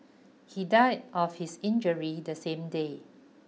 he died of his injuries the same day